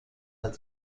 hat